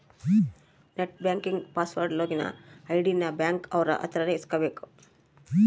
net banking password login ID ನ bank ಅವ್ರ ಅತ್ರ ನೇ ಇಸ್ಕಬೇಕು